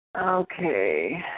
Okay